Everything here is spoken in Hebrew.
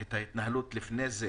את ההתנהלות לפני כן.